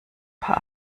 paar